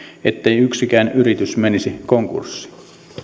ettei yksikään yritys menisi konkurssiin